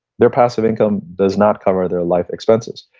their passive income does not cover their life expenses.